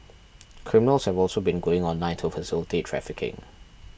criminals have also been going online to facilitate trafficking